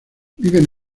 viven